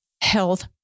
health